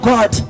God